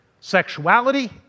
Sexuality